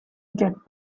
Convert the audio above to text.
get